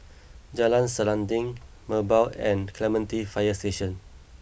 Jalan Selanting Merbau and Clementi Fire Station